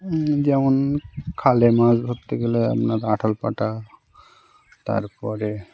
যেমন খালে মাছ ধরতে গেলে আপনার আঠাল পাটা তার পরে